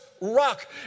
rock